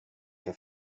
que